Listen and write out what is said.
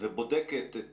ובודקת את